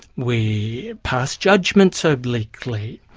we pass judgements obliquely.